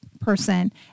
person